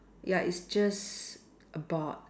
ya it's just a board